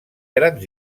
grans